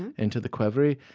and into the qvevri,